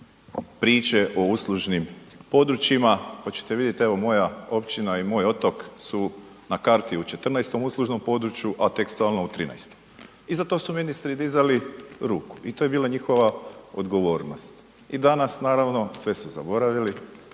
priče o uslužnim područjima pa ćete vidjeti evo moja općina i moj otok su na karti u 14 uslužnom području, a tekstualno u 13. I za to su ministri dizali ruku i to je bila njihova odgovornost. I danas naravno sve su zaboravili